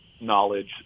knowledge